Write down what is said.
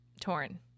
torn